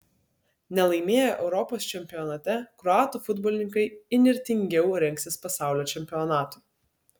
nelaimėję europos čempionate kroatų futbolininkai įnirtingiau rengsis pasaulio čempionatui